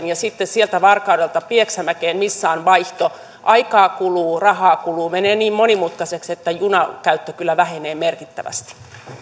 ja sitten sieltä varkaudesta pieksämäelle missä on vaihto aikaa kuluu rahaa kuluu menee niin monimutkaiseksi että junankäyttö kyllä vähenee merkittävästi